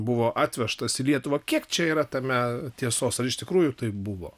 buvo atvežtas į lietuvą kiek čia yra tame tiesos ar iš tikrųjų taip buvo